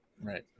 right